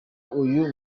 uyu